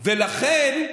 ולכן,